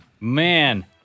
Man